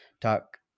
talk